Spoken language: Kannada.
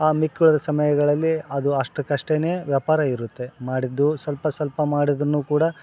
ಆ ಮಿಕ್ಕುಳಿದ ಸಮಯಗಳಲ್ಲಿ ಅದು ಅಷ್ಟಕ್ಕೆ ಅಷ್ಟೇ ವ್ಯಾಪಾರ ಇರುತ್ತೆ ಮಾಡಿದ್ದು ಸ್ವಲ್ಪ ಸ್ವಲ್ಪ ಮಾಡಿದ್ರು ಕೂಡ